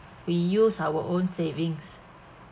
we use our own savings